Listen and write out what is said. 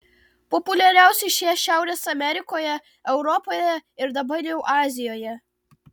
populiariausi šie šiaurės amerikoje europoje ir dabar jau azijoje